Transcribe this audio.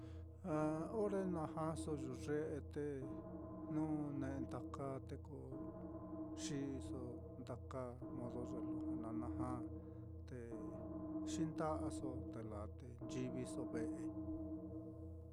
Ja ore najaso yuye'e te jnu ne'e ndakaa, te ko xi'iso ndakaa modo ye lujua na naja, te xinda'aso te laa te nchiviso ve'e.